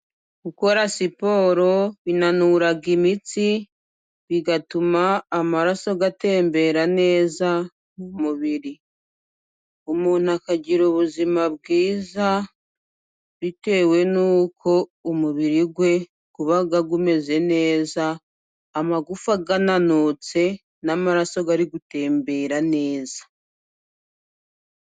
Gukora siporo binanura imitsi, bigatuma amaraso atembera neza mu mubiri. Umuntu akagira ubuzima bwiza bitewe n'uko umubiri we uba umeze neza, amagufa ananutse, n'amaraso ari gutembera neza.